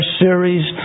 series